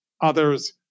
others